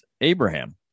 Abraham